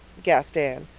gasped anne.